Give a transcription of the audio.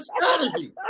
strategy